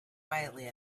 quietly